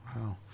Wow